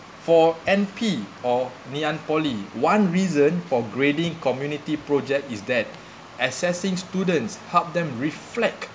for N_P or ngee ann poly one reason for grading community project is that assessing students' help them reflect